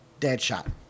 Deadshot